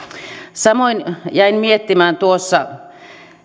samoin jäin miettimään tuossa